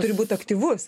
turi būt aktyvus